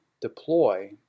deploy